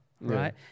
Right